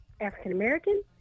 African-American